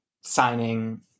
signing